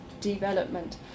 development